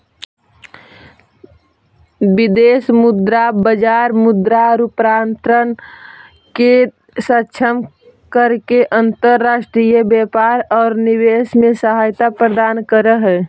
विदेश मुद्रा बाजार मुद्रा रूपांतरण के सक्षम करके अंतर्राष्ट्रीय व्यापार औउर निवेश में सहायता प्रदान करऽ हई